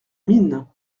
mine